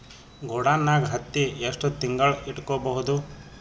ಗೊಡಾನ ನಾಗ್ ಹತ್ತಿ ಎಷ್ಟು ತಿಂಗಳ ಇಟ್ಕೊ ಬಹುದು?